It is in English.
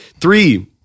Three